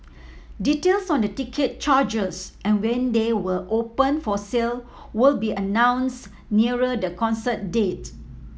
details on the ticket charges and when they will open for sale will be announced nearer the concert date